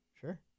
Sure